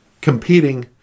competing